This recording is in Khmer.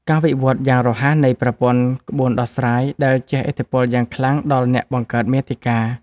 ការវិវត្តយ៉ាងរហ័សនៃប្រព័ន្ធក្បួនដោះស្រាយ ដែលជះឥទ្ធិពលយ៉ាងខ្លាំងដល់អ្នកបង្កើតមាតិកា។